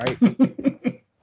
right